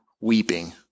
weeping